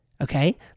okay